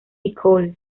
nicole